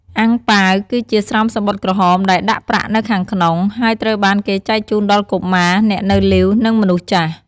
អាំងប៉ាវ គឺជាស្រោមសំបុត្រក្រហមដែលដាក់ប្រាក់នៅខាងក្នុង ហើយត្រូវបានគេចែកជូនដល់កុមារ អ្នកនៅលីវ និងមនុស្សចាស់។